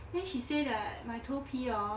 then she say that my 头皮 orh